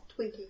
Twinkie